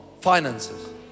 finances